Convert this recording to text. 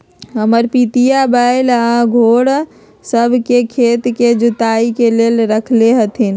हमर पितिया बैल आऽ घोड़ सभ के खेत के जोताइ के लेल रखले हथिन्ह